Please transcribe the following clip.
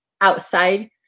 outside